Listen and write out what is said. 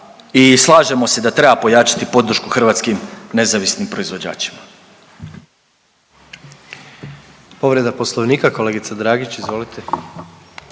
i slažemo se da treba pojačati podršku hrvatskim nezavisnim proizvođačima.